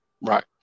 right